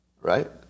Right